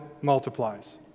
multiplies